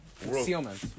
Concealment